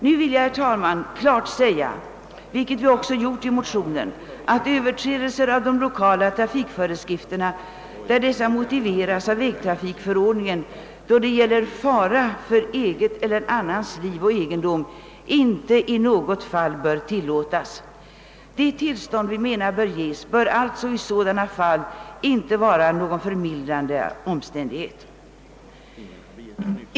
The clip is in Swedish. Nu vill jag, herr talman, klart säga — vilket vi också har gjort i motionen — att överträdelse av de lokala trafikföreskrifterna där dessa motiveras av vägtrafikförordningen då det gäller fara för eget eller annans liv och egendom, inte i något fall bör tillåtas. Det tillstånd vi menar bör ges bör alltså i sådana fall inte vara någon förmildrande omständighet.